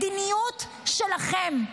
מדיניות שלכם.